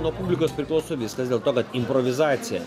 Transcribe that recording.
nuo publikos priklauso viskas dėl to kad improvizacija